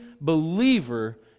believer